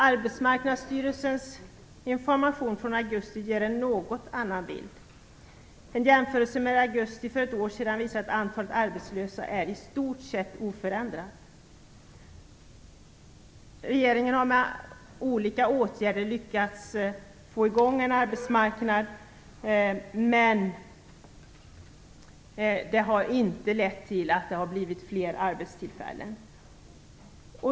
Arbetsmarknadsstyrelsens information från augusti ger en något annan bild. I jämförelse med augusti förra året visar det sig att antalet arbetslösa i stort sett är oförändrat. Regeringen har med olika åtgärder lyckats få i gång arbetsmarknaden, men det har inte lett till fler arbetstillfällen.